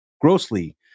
grossly